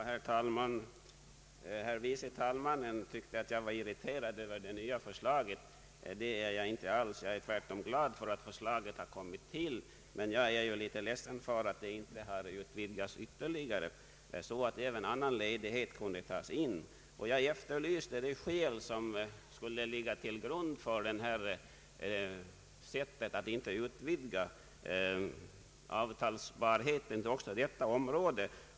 Herr talman! Herr förste vice talmannen Strand tyckte att jag var irriterad över det föreliggande förslaget. Det är jag inte alls. Jag är tvärtom glad över att förslaget har väckts. Däremot är jag litet ledsen över att det inte har utvidgats ytterligare. Även annan ledighet hade kunnat tas med i detta. Jag efterlyste de skäl som kunde ligga till grund för att inte utvidga avtalsbarheten på detta område.